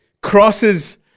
crosses